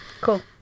Cool